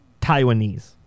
Taiwanese